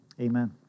Amen